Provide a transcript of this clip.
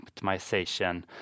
optimization